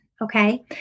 Okay